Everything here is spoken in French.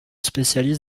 spécialise